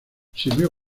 sirvió